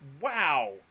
Wow